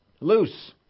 loose